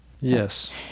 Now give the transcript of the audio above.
Yes